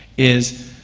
is,